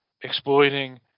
exploiting